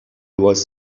was